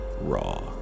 Raw